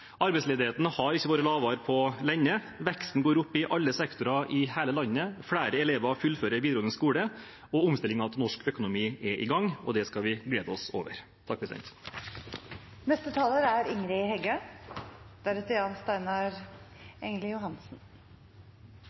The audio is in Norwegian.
Arbeidsledigheten har ikke vært lavere på lenge, veksten går opp i alle sektorer i hele landet, flere elever fullfører videregående skole, og omstillingen av norsk økonomi er i gang. Det skal vi glede oss over. Arbeidarpartiet meiner at Noreg er